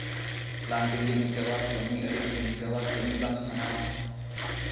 ᱠᱞᱟᱱᱛᱤ ᱜᱮᱢ ᱟᱹᱭᱠᱟᱹᱣᱟ ᱠᱟᱹᱢᱤ ᱟᱹᱲᱤᱥ ᱜᱮᱢ ᱟᱹᱭᱠᱟᱹᱣᱟ ᱠᱟᱹᱢᱤ ᱵᱟᱝ ᱥᱟᱱᱟᱣᱟ